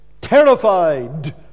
terrified